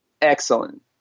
excellent